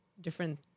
different